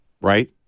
right